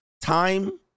Time